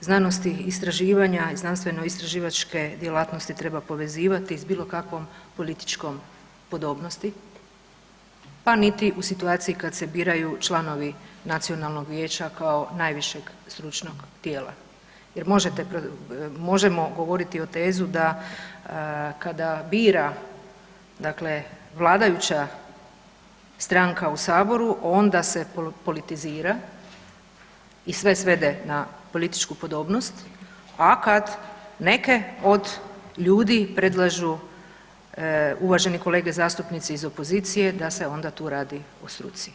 znanosti, istraživanja i znanstveno-istraživačke djelatnosti treba povezivati s bilokakvom političkom podobnosti pa niti u situaciji kad se biraju članovi Nacionalnog vijeća kao najvišeg stručnog tijela jer možemo govoriti o tezi da kada bira dakle vladajuća stranka u Saboru, onda se politizira, i sve svede na političku podobnost a kad neke od ljudi predlažu uvaženi kolege zastupnici iz opozicije, da se onda tu radi o struci.